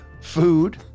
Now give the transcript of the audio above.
food